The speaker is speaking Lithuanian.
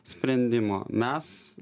sprendimo mes